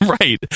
right